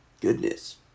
goodness